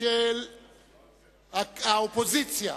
של האופוזיציה,